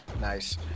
Nice